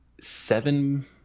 seven